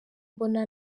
mbona